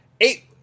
eight